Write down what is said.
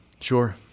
Sure